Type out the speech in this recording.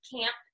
camp